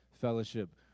fellowship